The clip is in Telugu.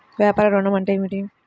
వ్యాపార ఋణం అంటే ఏమిటి?